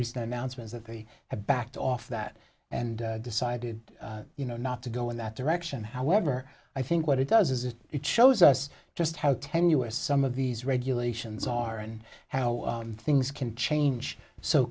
recent announcement that they have backed off that and decided you know not to go in that direction however i think what it does is it shows us just how tenuous some of these regulations are and how things can change so